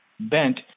Bent